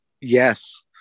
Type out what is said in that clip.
yes